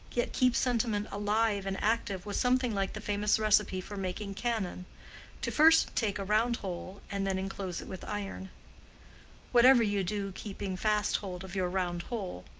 yet keep sentiment alive and active, was something like the famous recipe for making cannon to first take a round hole and then enclose it with iron whatever you do keeping fast hold of your round hole.